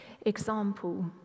example